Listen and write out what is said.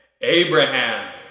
Abraham